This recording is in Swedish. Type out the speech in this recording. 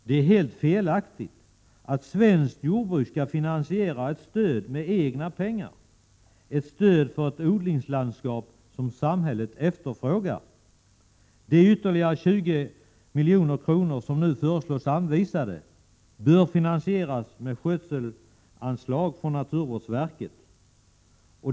Det är helt felaktigt att svenskt jordbruk med egna pengar skall finansiera ett stöd för ett odlingslandskap som samhället efterfrågar. De ytterligare 20 milj.kr. som nu föreslås anvisade bör finansieras med skötselanslag från naturvårdsverket.